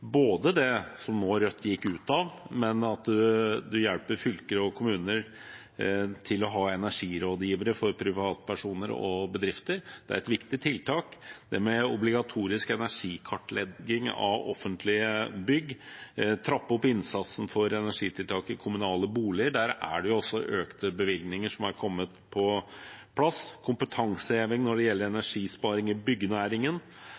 det som Rødt nå gikk ut av, at man hjelper fylker og kommuner til å ha energirådgivere for privatpersoner og bedrifter. Det er et viktig tiltak. Når det gjelder obligatorisk energikartlegging av offentlige bygg, og å trappe opp innsatsen for energitiltak i kommunale boliger – der er det jo også kommet på plass økte bevilgninger – og forslagene om kompetanseheving når det gjelder